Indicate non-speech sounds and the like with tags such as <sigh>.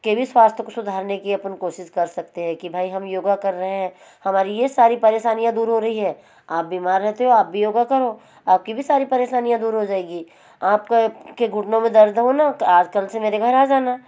के भी स्वास्थ को सुधारने की अपन को कोशिश कर सकते हैं कि भाई हम योगा कर रहे हैं हमारी ये सारी परेशानियाँ दूर हो रही है आप बीमार रहते हो आप भी योगा करो आपकी भी सारी परेशानियाँ दूर हो जाएंगी आपका के घुटनों में दर्द हो <unintelligible> मेरे घर आ जाना